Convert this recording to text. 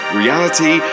reality